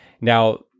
Now